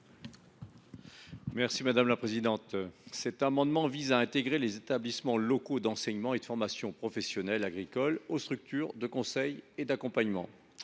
M. Daniel Salmon. Cet amendement vise à intégrer les établissements locaux d’enseignement et de formation professionnelle agricoles aux structures de conseil et d’accompagnement.